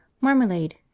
marmalade